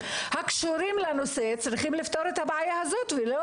הקשורים לנושא צריכים לפתור את הבעיה הזאת ולא